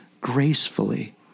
gracefully